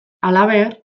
halaber